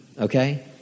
okay